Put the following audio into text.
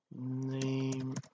name